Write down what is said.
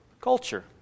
culture